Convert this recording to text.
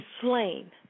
slain